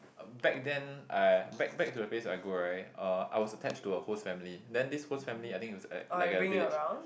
back then I back back to the place where I go right uh I was attached to a host family then this host family I think it was like like a village